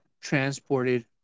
transported